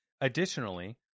Additionally